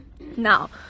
Now